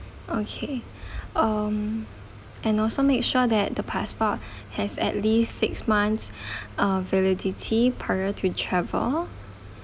okay um and also make sure that the passport has at least six months uh validity prior to travel